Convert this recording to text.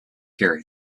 here